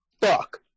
fuck